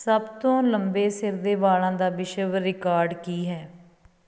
ਸਭ ਤੋਂ ਲੰਬੇ ਸਿਰ ਦੇ ਵਾਲਾਂ ਦਾ ਵਿਸ਼ਵ ਰਿਕਾਰਡ ਕੀ ਹੈ